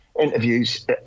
interviews